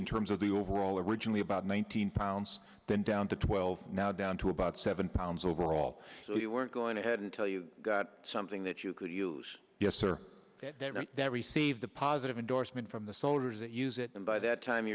in terms of the overall originally about one thousand pounds then down to twelve now down to about seven pounds overall so you weren't going ahead until you got something that you could use yes or that receive the positive endorsement from the soldiers that use it and by that time